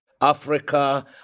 Africa